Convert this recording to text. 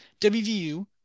WVU